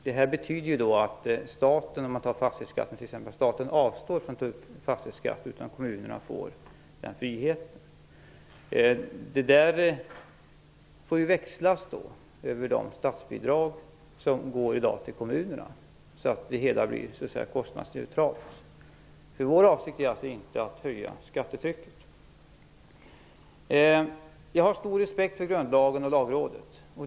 Det skulle t.ex. beträffande fastighetsskatten betyda att staten avstår från att ta ut fastighetsskatt och överlämnar till kommunerna att ta ut en sådan. Detta får växlas mot de statsbidrag som i dag går till kommunerna, så att effekten blir kostnadsneutral. Vår avsikt är inte att höja skattetrycket. Jag har stor respekt för grundlagen och Lagrådet.